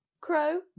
crow